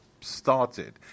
started